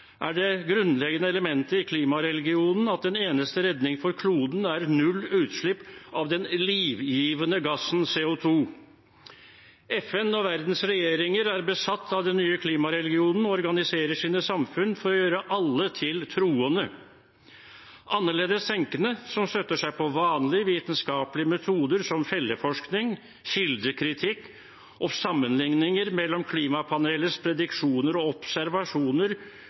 er det grunnleggende elementet i klimareligionen at den eneste redning for kloden er null utslipp av den livgivende gassen CO 2 . FN og verdens regjeringer er besatt av den nye klimareligionen og organiserer sine samfunn for å gjøre alle til troende. Annerledestenkende som støtter seg på vanlige, vitenskapelige metoder som felleforskning, kildekritikk og sammenligninger mellom klimapanelets prediksjoner og observasjoner